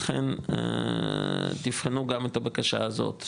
אכן תבחנו גם את הבקשה הזאת,